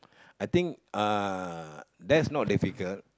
I think uh that's not difficult